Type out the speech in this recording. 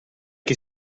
che